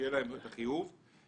ושיהיה החיוב לכך.